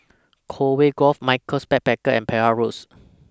Conway Grove Michaels Backpackers and Penhas Road